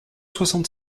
soixante